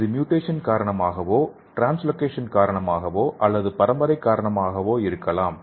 இது மியூட்டேஷன் காரணமாகவோ translocation காரணமாகவோ அல்லது பரம்பரை காரணமாகவோ இருக்கலாம்